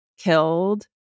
killed